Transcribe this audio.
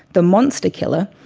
the monster killer,